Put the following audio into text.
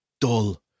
dull